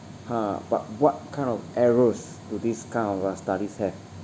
ha but what kind of errors do this kind of uh studies have